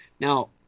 Now